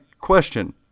question